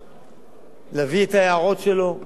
להביא את ההערות שלו,